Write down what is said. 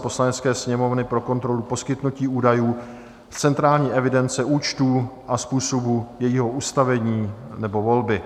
Poslanecké sněmovny pro kontrolu poskytnutí údajů z centrální evidence účtů a způsobu jejího ustavení nebo volby